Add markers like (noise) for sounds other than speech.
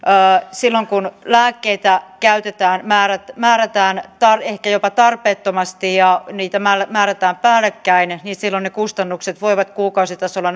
silloin kun lääkkeitä käytetään määrätään määrätään ehkä jopa tarpeettomasti ja määrätään päällekkäin niin silloin ne kustannukset voivat kuukausitasolla (unintelligible)